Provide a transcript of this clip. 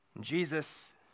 Jesus